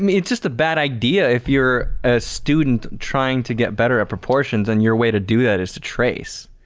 um it's just a bad idea if you're a student trying to get better at proportions and your way to do that is to trace.